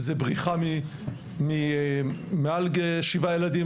זה בריחה מעל כשבעה ילדים,